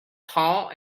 tall